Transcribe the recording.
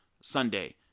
Sunday